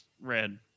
red